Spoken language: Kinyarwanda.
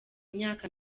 imyaka